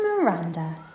Miranda